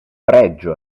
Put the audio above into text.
pregio